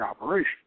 operation